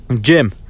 gym